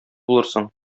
булырсың